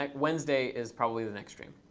like wednesday is probably the next stream.